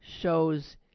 shows